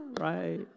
right